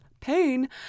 pain